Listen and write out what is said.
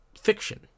fiction